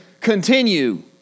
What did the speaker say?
continue